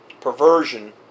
perversion